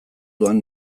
doan